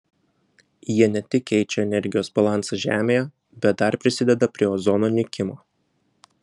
jie ne tik keičia energijos balansą žemėje bet dar prisideda prie ozono nykimo